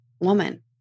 woman